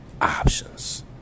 Options